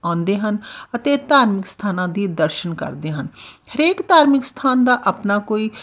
ਆਉਂਦੇ ਹਨ ਅਤੇ ਧਾਰਮਿਕ ਸਥਾਨਾਂ ਦੀ ਦਰਸ਼ਨ ਕਰਦੇ ਹਨ ਹਰੇਕ ਧਾਰਮਿਕ ਸਥਾਨ ਦਾ ਆਪਣਾ ਕੋਈ